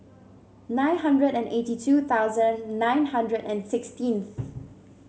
nine hundred and eighty two thousand nine hundred and sixteen